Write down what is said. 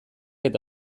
eta